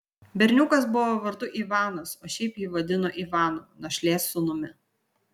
berniukas buvo vardu ivanas o šiaip jį vadino ivanu našlės sūnumi